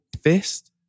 fist